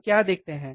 हम क्या देखते हैं